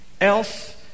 else